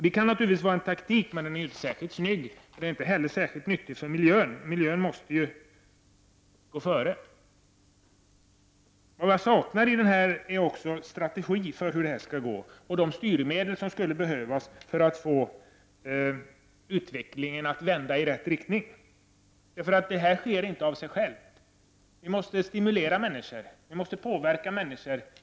Det kan kanske vara en taktik, men den är inte särskilt snygg, och den är inte heller särskilt bra för miljön. Miljön måste ju gå före. Jag saknar även en strategi i denna proposition för hur detta skall gå till, och jag saknar de styrmedel som skulle behövas för att man skulle få utvecklingen att vända i rätt riktning. Detta sker nämligen inte av sig självt. Vi måste stimulera människor och påverka dem.